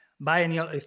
Biennial